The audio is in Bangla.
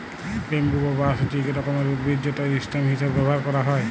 ব্যাম্বু বা বাঁশ হছে ইক রকমের উদ্ভিদ যেট ইসটেম হিঁসাবে ব্যাভার ক্যারা হ্যয়